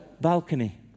Balcony